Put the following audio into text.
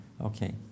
Okay